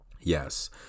Yes